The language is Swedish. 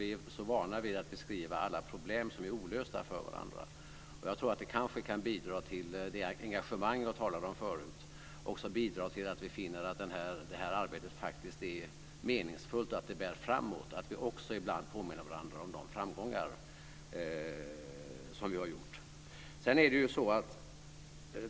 Vi är så vana vid att beskriva alla problem som är olösta för varandra. Att vi också ibland påminner varandra om de framgångar som vi har gjort tror jag kan bidra till det engagemang som jag talade om förut och bidra till att vi finner det här arbetet meningsfullt och att det bär framåt.